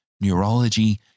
neurology